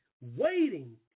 waiting